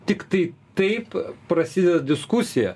tiktai taip prasideda diskusija